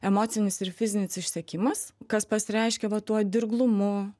emocinis ir fizinis išsekimas kas pasireiškia va tuo dirglumu